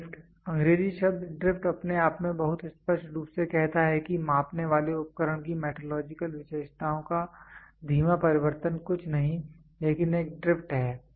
drift अंग्रेजी शब्द drift अपने आप में बहुत स्पष्ट रूप से कहता है कि मापने वाले उपकरण की मेट्रोलॉजिकल विशेषताओं का धीमा परिवर्तन कुछ नहीं लेकिन एक ड्रिफ्ट है